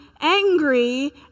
angry